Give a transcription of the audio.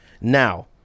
Now